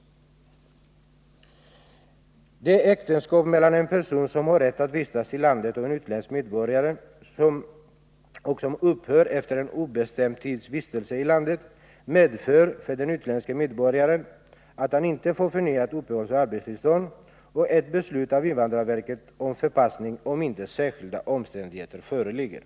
När ett äktenskap nellan en person som har rätt att vistas i landet och en utländsk medborgare upphör efter en obestämd tids vistelse i landet medför det för den utländske medborgaren, att han inte får förnyat uppehållsoch arbetstillstånd och att det kommer ett beslut från invandrarverket om förpassning, om inte särskilda omständigheter föreligger.